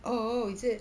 oh oh is it